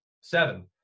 Seven